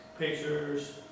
pictures